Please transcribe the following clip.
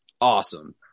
Awesome